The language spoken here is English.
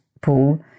pool